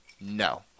No